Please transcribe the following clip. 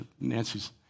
Nancy's